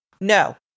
No